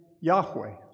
Yahweh